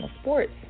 sports